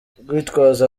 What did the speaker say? gitwaza